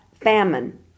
famine